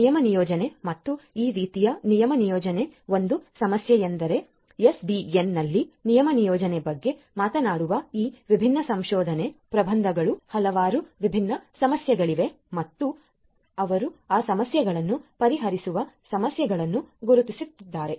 ನಿಯಮ ನಿಯೋಜನೆ ಮತ್ತು ಈ ರೀತಿಯ ನಿಯಮ ನಿಯೋಜನೆಯ ಒಂದು ಸಮಸ್ಯೆಯೆಂದರೆ ಎಸ್ಡಿಎನ್ನಲ್ಲಿ ನಿಯಮ ನಿಯೋಜನೆಯ ಬಗ್ಗೆ ಮಾತನಾಡುವ ಈ ವಿಭಿನ್ನ ಸಂಶೋಧನಾ ಪ್ರಬಂಧಗಳು ಹಲವಾರು ವಿಭಿನ್ನ ಸಮಸ್ಯೆಗಳಿವೆ ಮತ್ತು ಅವರು ಆ ಸಮಸ್ಯೆಗಳನ್ನು ಪರಿಹರಿಸುವ ಸಮಸ್ಯೆಗಳನ್ನು ಗುರುತಿಸುತ್ತಾರೆ